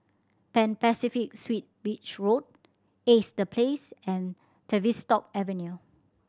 Pan Pacific Suites Beach Road Ace The Place and Tavistock Avenue